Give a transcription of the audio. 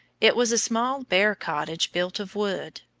it was a small bare cottage built of wood.